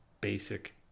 basic